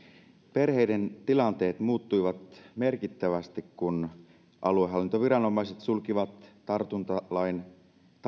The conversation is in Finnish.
perheiden tilanteet muuttuivat merkittävästi kun aluehallintoviranomaiset sulkivat tartuntatautilain